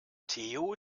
theo